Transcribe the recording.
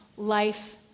life